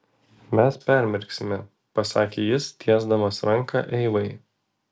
mes permirksime pasakė jis tiesdamas ranką eivai